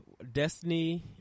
Destiny